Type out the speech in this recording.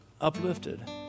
uplifted